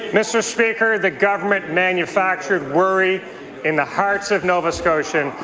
mr. speaker, the government manufactured worry in the hearts of nova scotians.